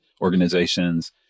organizations